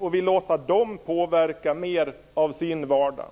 och vill låta dem påverka mer av sin vardag.